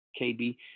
KB